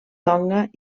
tonga